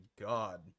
God